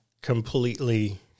completely